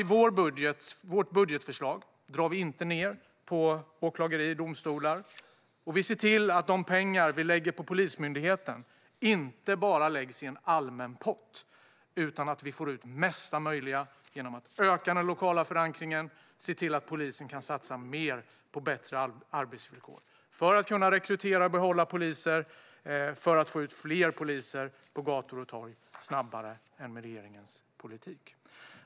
I vårt budgetförslag drar vi inte ned på åklagare och domstolar. Vi ser till att de pengar som läggs på Polismyndigheten inte bara läggs i en allmän pott utan att vi får ut mesta möjliga genom att öka den lokala förankringen och genom att vi ser till att polisen kan satsa mer på bättre arbetsvillkor. Det gör vi för att kunna rekrytera och behålla poliser och för att få ut fler poliser på gator och torg snabbare än med regeringens politik.